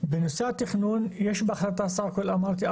בנושא התכנון יש בהחלטה בסך הכל אמרתי,